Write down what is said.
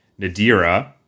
Nadira